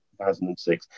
2006